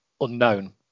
unknown